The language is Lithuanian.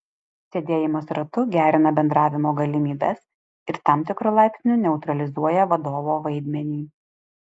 sėdėjimas ratu gerina bendravimo galimybes ir tam tikru laipsniu neutralizuoja vadovo vaidmenį